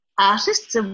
artists